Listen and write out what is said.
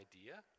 idea